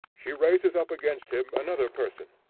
she raises up against him another person,